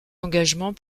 engagements